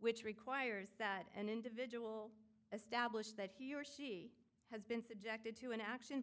which requires that an individual establish that he or she has been subjected to an action